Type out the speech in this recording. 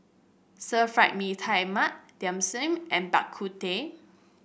Stir Fry Mee Tai Mak Dim Sum and Bak Kut Teh